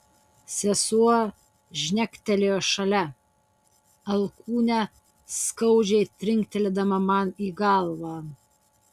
sesuo žnektelėjo šalia alkūne skaudžiai trinktelėdama man į galvą